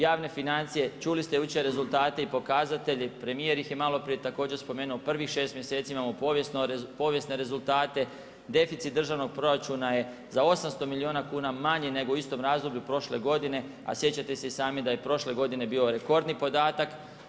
Javne financije, čuli ste jučer rezultate i pokazatelji premjer ih je također spomenuo, prvih 6 mjeseci imamo povijesne rezultate, deficit državnog proračuna je za 800 milijuna kuna manji nego u istom razdoblju prošle godine, a sjećate se i same da je i prošle godine bio rekordni podatak.